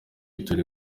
turi